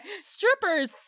strippers